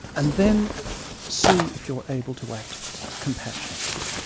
and then see if you're able to act compassionately.